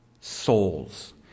souls